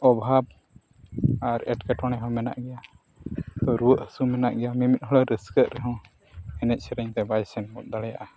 ᱚᱵᱷᱟᱵᱽ ᱟᱨ ᱮᱴᱠᱮᱴᱚᱬᱮ ᱦᱚᱸ ᱢᱮᱱᱟᱜ ᱜᱮᱭᱟ ᱛᱚ ᱨᱩᱣᱟᱹ ᱦᱟᱹᱥᱩᱜ ᱢᱮᱱᱟᱜ ᱜᱮᱭᱟ ᱩᱱᱤ ᱢᱤᱫ ᱦᱚᱲᱮ ᱨᱟᱹᱥᱠᱟᱹᱜ ᱨᱮᱦᱚᱸ ᱮᱱᱮᱡ ᱥᱮᱨᱮᱧ ᱛᱮ ᱵᱟᱭ ᱥᱮᱱ ᱦᱚᱫ ᱫᱟᱲᱮᱭᱟᱜᱼᱟ